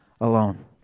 alone